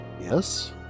Yes